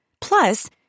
Plus